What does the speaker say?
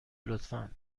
لطفا